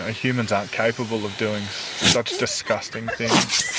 ah humans aren't capable of doing so such disgusting things.